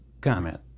comment